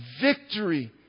victory